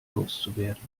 loszuwerden